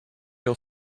your